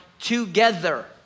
together